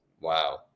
Wow